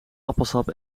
appelsap